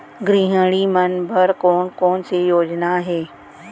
गृहिणी मन बर कोन कोन से योजना हे?